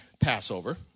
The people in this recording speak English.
Passover